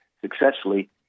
successfully